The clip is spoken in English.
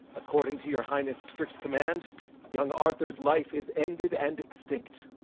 according to your highness' strict command young arthur's life is ended and extinct.